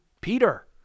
Peter